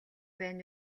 байна